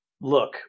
Look